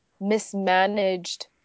mismanaged